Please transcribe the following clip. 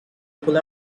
pull